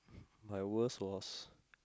my worst was